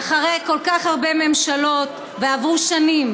ואחרי כל כך הרבה ממשלות, ועברו שנים,